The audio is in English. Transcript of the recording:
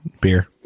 Beer